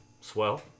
Swell